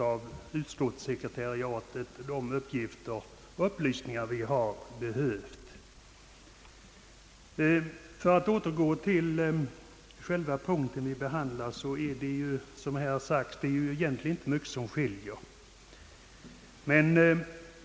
Av utskottssekretariatet har vi fått de uppgifter och upplysningar vi har behövt. För att återgå till själva den punkt vi behandlar är det egentligen, som redan sagts, inte så mycket som skiljer.